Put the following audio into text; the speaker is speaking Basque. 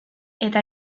eta